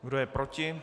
Kdo je proti?